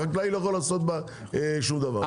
החקלאי לא יכול לעשות בה שום דבר.